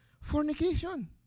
Fornication